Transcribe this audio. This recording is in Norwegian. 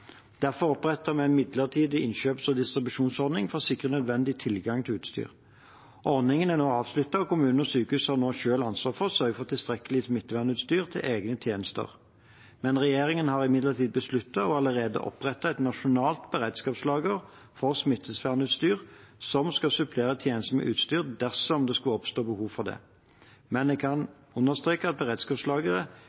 Derfor opprettet vi en midlertidig innkjøps- og distribusjonsordning for å sikre nødvendig tilgang til utstyr. Ordningen er nå avsluttet, og kommuner og sykehus har nå selv ansvar for å sørge for tilstrekkelig smittevernutstyr til egne tjenester. Regjeringen har imidlertid besluttet og allerede opprettet et nasjonalt beredskapslager for smittevernutstyr, som skal supplere tjenester med utstyr dersom det skulle oppstå behov for det, men jeg kan